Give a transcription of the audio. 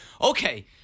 Okay